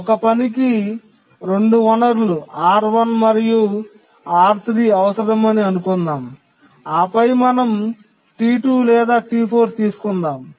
ఒక పనికి 2 వనరులు R1 మరియు R3 అవసరమని అనుకుందాం ఆపై మనం T2 లేదా T4 తీసుకుంటాము